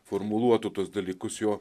formuluotų tuos dalykus jo